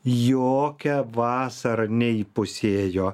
jokia vasara neįpusėjo